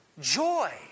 Joy